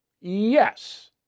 Yes